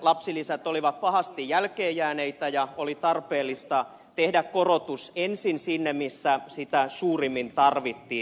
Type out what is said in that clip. lapsilisät olivat pahasti jälkeenjääneitä ja oli tarpeellista tehdä korotus ensin sinne missä sitä suurimmin tarvittiin